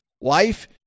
Wife